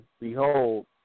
Behold